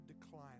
decline